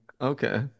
Okay